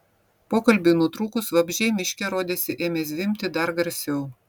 pokalbiui nutrūkus vabzdžiai miške rodėsi ėmė zvimbti dar garsiau